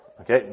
Okay